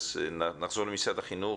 נחזור למשרד החינוך.